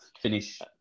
finish